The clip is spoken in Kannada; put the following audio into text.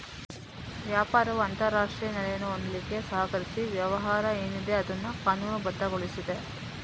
ವ್ಯಾಪಾರವು ಅಂತಾರಾಷ್ಟ್ರೀಯ ನೆಲೆಯನ್ನು ಹೊಂದ್ಲಿಕ್ಕೆ ಸಹಕರಿಸಿ ವ್ಯವಹಾರ ಏನಿದೆ ಅದನ್ನ ಕಾನೂನುಬದ್ಧಗೊಳಿಸ್ತದೆ